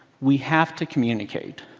we have to communicate.